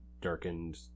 darkened